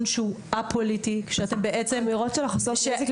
שהוא א-פוליטי --- האמירות שלך- -- סליחה,